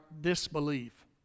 disbelief